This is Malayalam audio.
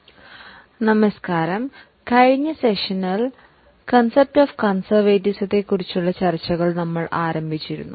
നിങ്ങൾ ഓർക്കുന്നുവെങ്കിൽ കഴിഞ്ഞ സെഷനിൽ നമ്മൾ കൺസേർവെറ്റിസം എന്ന ആശയത്തെ കുറിച്ചു സംസാരിക്കുക ആയിരുന്നു